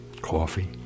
Coffee